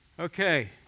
Okay